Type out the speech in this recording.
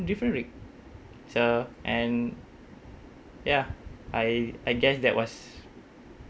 different rig so and ya I I guess that was